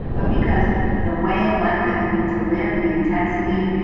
but because the way of life that we need to live, the intensity,